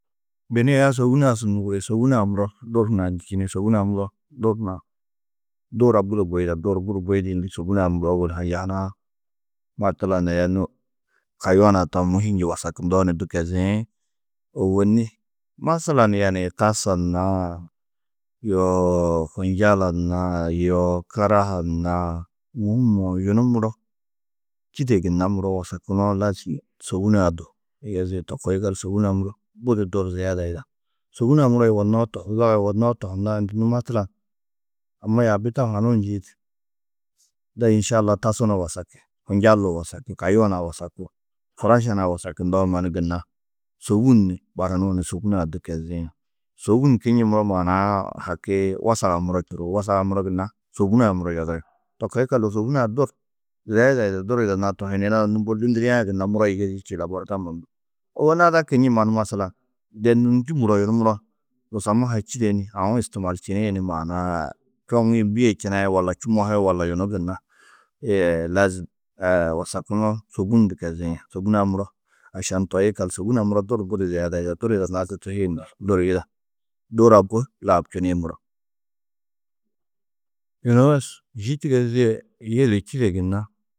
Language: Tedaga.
Bini aya sôbun-ã su nûŋuri: Sôbun-ã muro dôor hunã ndû čini. Sôbun-ã muro dôor hunã. Dôora budi bui yida, dôor budi bui yidĩ ndû sôbun-ã muro ôwol haya hunã: Matalan aya nû kayuã nua taũ môhiĩ njî wasakundoo ni du keziĩ, ôwonni masalan yaa niĩ tasa naa, yoo hunjala naa, yoo karaha naa, mûhim yunu muro čîde gunna muro wasakunoo, lazim sôbun-ã du yigezi. To koo yikallu sôbun-ã muro budi dôor ziyeda yida. Sôbun-ã muro yugonnoó tohú. Zaga yugonnoó tohunãá ndû. Nû matalan: Amma yaabi tau hanuũ njîidi. Unda išaa Alla tasu nuũ wasaki, hunjal nuũ wasaki, kayuã nuã wasaki, huraša nua wasakundoo mannu, gunna sôbun ni baranuũ ni sôbun-ã du keziĩ. Sôbun kinnu muro maana-ã haki wasag-ã muro čuruú. Wasag-ã muro gunna sôbun-ã muro yodiri. To koo yikallu sôbun-ã do ziyeda yida. Dôor yidanãá tohi ni. Yina ada mbo lûnduriã gunna muro yigezî čîĩ labar tammo nuũ. Ôwonni ada kinnu mannu masalan, de nû ndû muro yunu muro busamma ha čîde ni aũ istaamalčini ni maana-ã čoŋi bîe činai walla čumohi walla yunu gunna lazim wasakunoo, sôbun du keziĩ. Sôbun-ã muro ašan toi yikallu, sôbun-ã muro dôor budi ziyeda yida. Dôor yidanãá de tohîe nu, dôor yida. Dôora bui laabčini muro. Yunu yî tigezîe yili čîde gunna